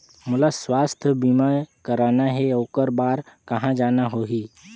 मोला स्वास्थ बीमा कराना हे ओकर बार कहा जाना होही?